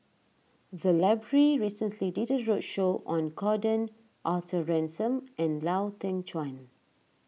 the library recently did a roadshow on Gordon Arthur Ransome and Lau Teng Chuan